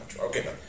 Okay